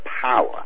power